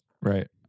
Right